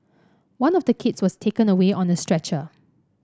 one of the kids was taken away on a stretcher